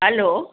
hello